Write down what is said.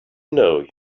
know